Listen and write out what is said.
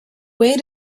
way